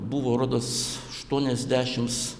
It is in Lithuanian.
buvo rodos aštuoniasdešims